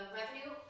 revenue